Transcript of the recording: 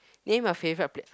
name a favourite pl~